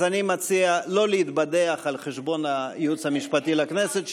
אז אני מציע לא להתבדח על חשבון הייעוץ המשפטי לכנסת,